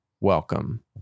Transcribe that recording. welcome